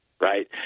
right